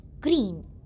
green